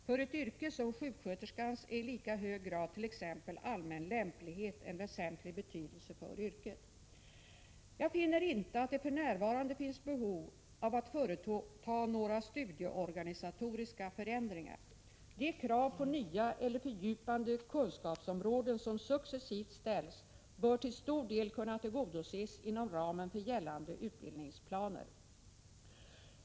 För ett yrke som sjuksköterskans är i lika hög grad t.ex. allmän lämplighet av väsentlig betydelse. Jag finner inte att det för närvarande finns behov av att företa några studieorganisatoriska förändringar. De krav på nya eller fördjupande kunskapsområden som successivt ställs bör till stor del kunna tillgodoses inom ramen för gällande utbildningsplaner.